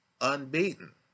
unbeaten